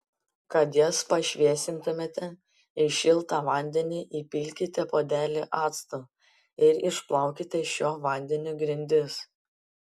kad jas pašviesintumėte į šiltą vandenį įpilkite puodelį acto ir išplaukite šiuo vandeniu grindis